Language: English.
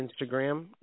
Instagram